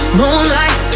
moonlight